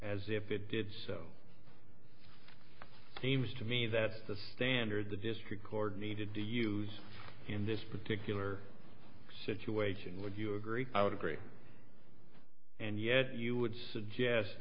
as if it did so seems to me that the standard the just record needed to use in this particular situation would you agree i would agree and yet you would suggest